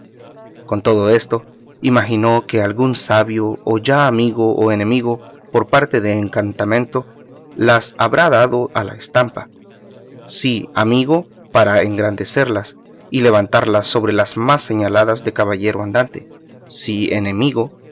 con todo eso imaginó que algún sabio o ya amigo o enemigo por arte de encantamento las habrá dado a la estampa si amigo para engrandecerlas y levantarlas sobre las más señaladas de caballero andante si enemigo